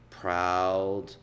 Proud